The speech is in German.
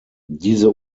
diese